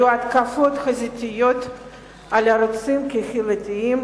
היו התקפות חזיתיות על ערוצים קהילתיים,